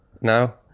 now